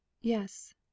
Yes